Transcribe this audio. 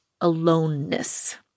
aloneness